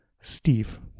Steve